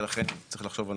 ולכן, צריך לחשוב על